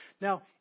Now